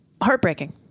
heartbreaking